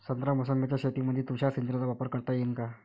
संत्रा मोसंबीच्या शेतामंदी तुषार सिंचनचा वापर करता येईन का?